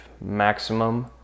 maximum